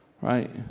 right